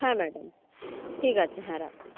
হ্যাঁ ম্যাডাম ঠিক আছে হ্যাঁ রাখুন